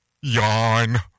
Yawn